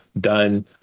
done